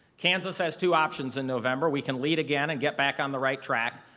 kansas has two options in november. we can lead again and get back on the right track,